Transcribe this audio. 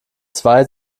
zwei